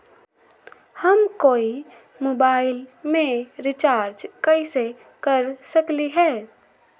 हम कोई मोबाईल में रिचार्ज कईसे कर सकली ह?